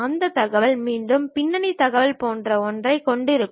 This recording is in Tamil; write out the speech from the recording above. அந்தத் தகவல் மீண்டும் பின்னணி தகவல் போன்ற ஒன்றைக் கொண்டிருக்கும்